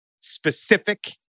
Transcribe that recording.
specific